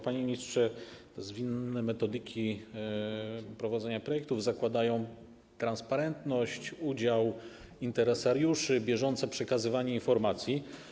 Panie ministrze, zwinne metodyki prowadzenia projektów zakładają transparentność, udział interesariuszy, bieżące przekazywanie informacji.